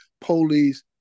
police